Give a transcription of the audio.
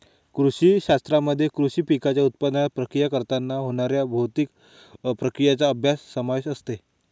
कृषी शास्त्रामध्ये कृषी पिकांच्या उत्पादनात, प्रक्रिया करताना होणाऱ्या भौतिक प्रक्रियांचा अभ्यास समावेश असते